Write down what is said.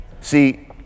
See